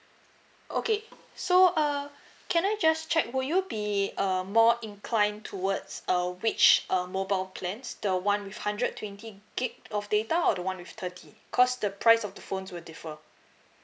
okay so uh can I just check will you be um more inclined towards err which uh mobile plans the one with hundred twenty gig of data or the one with thirty cause the price of the phones will differ